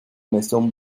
maison